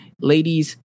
Ladies